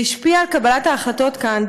והשפיע על קבלת ההחלטות כאן,